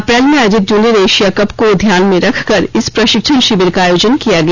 अप्रैल में आयोजित junior Asia Cup को ध्यान में रखकर इस प्रशिक्षण शिविर का आयोजन किया गया